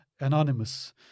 anonymous